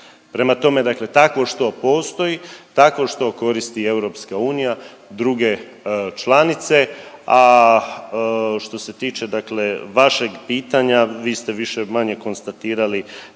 Prema tome, dakle takvo što postoji, takvo što koristi EU i druge članice, a što se tiče dakle vašeg pitanja vi ste više-manje konstatirali